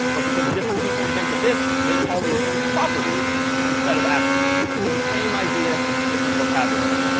but because different people invented this, they call these things properties instead of attributes. but it's the same idea, just a different vocabulary.